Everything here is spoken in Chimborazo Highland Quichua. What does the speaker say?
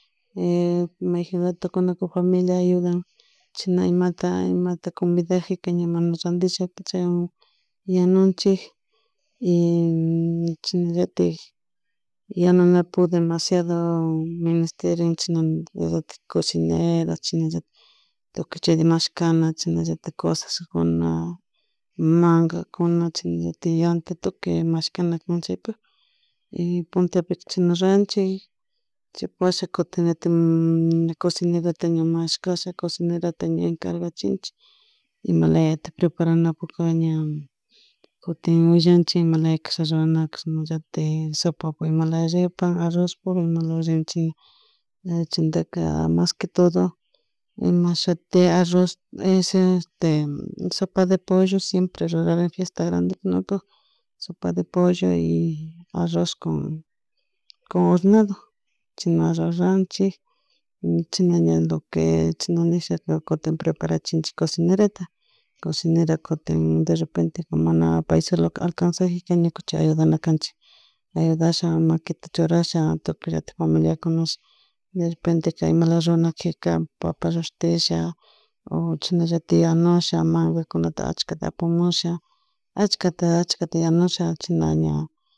mayjin rtukunapi familia ayudan chashna imatak chashna combidakpika ña mana rrandisha chaywan yanunchik y humm chasnallatak yanunapuk demasiado ministeren chasnalatik cocinera chashnalatak tukuy chayta mashkana chasnallatak cosakuna mangakuna chasnallatak yanta tukuy mashkana kan chaypuk, puntapi chashna ruranchik chaypak washaka kutinlatik cocinerata ña mashkasha ña cocinerata ña encargachinchik imalatik preparanapuka ña kutin willanchi imalaya cashan rruna chashnallata sopapak imalaya ripam arrozpuk imalaya rruranchik chashnallatak chaymuntaka maske todo imashuti arroz he este sopa de pollo siemre rurarin fiesta grande kunapak sopa de pollo y arroz con hornado chayna rruranchik e chasna chasnalatik cocinerota cocinerka kutin derrrepente mana pay solo alcanzakpika ñukaunchik ayudana canchik, ayudasha maquita churasha tukuylatik familia kunashi derrepenteka imlataka rrunakakpika papa llushtisha oh chasnallatik yanusha mankanuka ashkata apamusha ahskata ashkata yanusha shina ña